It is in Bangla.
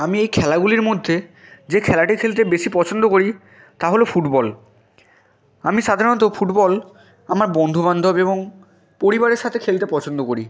আমি এই খেলাগুলির মধ্যে যে খেলাটি খেলতে বেশি পছন্দ করি তা হলো ফুটবল আমি সাধারণত ফুটবল আমার বন্ধু বান্ধব এবং পরিবারের সাথে খেলতে পছন্দ করি